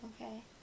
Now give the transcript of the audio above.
okay